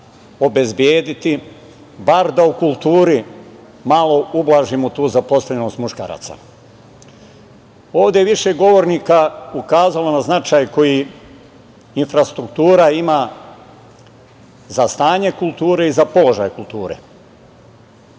obezbediti bar da u kulturi malo ublažimo tu zaposlenost muškaraca. Ovde je više govornika ukazalo na značaj koji infrastruktura ima za stanje kulture i za položaj kulture.